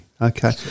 Okay